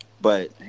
But-